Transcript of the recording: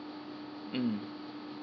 mm